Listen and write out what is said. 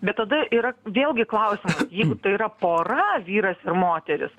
bet tada yra vėlgi klausimas jeigu tai yra pora vyras ir moteris